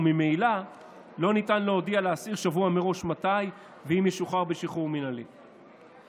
וממילא לא ניתן להודיע לאסיר שבוע מראש אם ישוחרר בשחרור מינהלי ומתי.